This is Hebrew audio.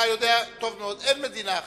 אתה יודע טוב מאוד שאין מדינה אחרת.